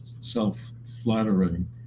self-flattering